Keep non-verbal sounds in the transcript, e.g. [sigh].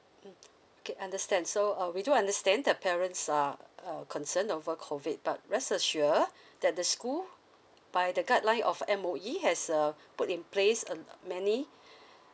mm okay understand so uh we do understand the parents are uh concerned over COVID but rest assure [breath] that the school by the guideline of M_O_E has uh put in place um many [breath]